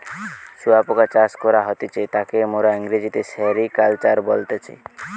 শুয়োপোকা চাষ করা হতিছে তাকে মোরা ইংরেজিতে সেরিকালচার বলতেছি